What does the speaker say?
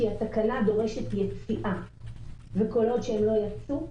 התקנה דורשת יציאה וכל עוד שהם לא יצאו,